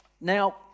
Now